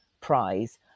Prize